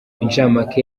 incamake